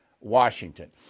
Washington